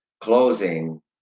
closing